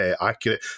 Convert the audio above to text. accurate